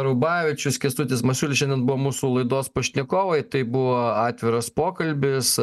rubavičius kęstutis masiulis šiandien buvo mūsų laidos pašnekovai tai buvo atviras pokalbis